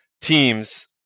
teams